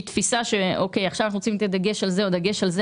תפיסה שעכשיו שמים את הדגש על זה או על זה,